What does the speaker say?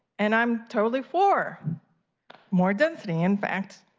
and, i'm totally for more density. in fact,